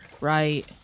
right